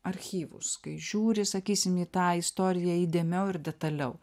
archyvus kai žiūri sakysim į tą istoriją įdėmiau ir detaliau